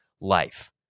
life